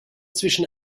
zwischen